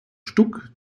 stuck